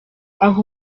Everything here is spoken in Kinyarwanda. aha